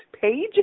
page